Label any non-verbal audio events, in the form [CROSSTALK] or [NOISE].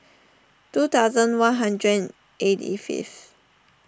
[NOISE] two thousand one hundred and eighty fifth